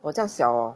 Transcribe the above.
!wah! 这样小 oh